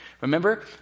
Remember